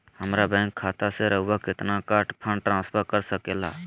हमरा बैंक खाता से रहुआ कितना का फंड ट्रांसफर कर सके ला?